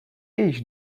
již